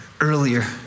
earlier